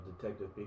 Detective